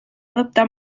adoptar